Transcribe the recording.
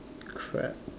crap